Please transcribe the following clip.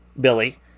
Billy